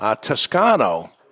Toscano